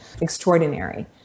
extraordinary